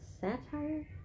satire